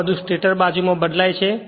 આ બધુ સ્ટેટર બાજુ માં બદલાય છે